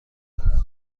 دارد